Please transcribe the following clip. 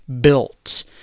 built